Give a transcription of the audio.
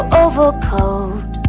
overcoat